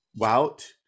Wout